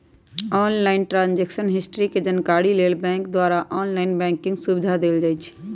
online transaction history के जानकारी लेल बैंक द्वारा ऑनलाइन बैंकिंग सुविधा देल जाइ छइ